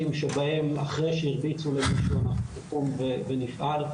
שבהם אחרי שהרביצו למישהו נקום ונפעל.